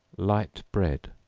light bread,